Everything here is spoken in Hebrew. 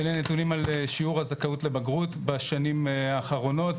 אלה נתונים על שיעור הזכאות לבגרות בשנים האחרונות,